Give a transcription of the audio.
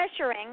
pressuring